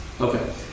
Okay